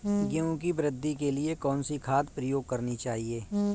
गेहूँ की वृद्धि के लिए कौनसी खाद प्रयोग करनी चाहिए?